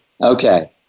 Okay